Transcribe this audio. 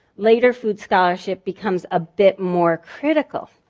later food scholarship becomes a bit more critical.